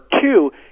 two